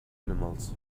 animals